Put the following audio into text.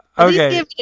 Okay